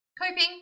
coping